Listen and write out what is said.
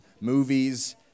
movies